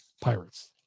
Pirates